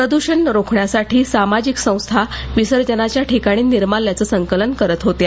प्रदूषण रोखण्यासाठी सामाजिक संस्थाविसर्जनाच्या ठिकाणी निर्माल्याचं संकलन करत होत्या